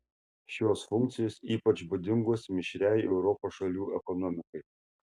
šios funkcijos ypač būdingos mišriai europos šalių ekonomikai